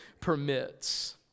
permits